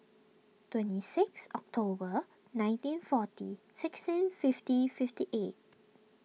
twenty six October nineteen forty sixteen fifty fifty eight